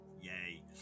Yay